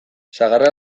sagarra